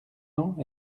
ans